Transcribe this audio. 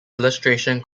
illustration